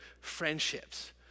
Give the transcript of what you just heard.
friendships